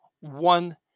one